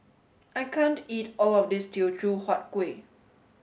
I can't eat all of this Teochew Huat Kuih